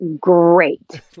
great